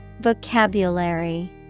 vocabulary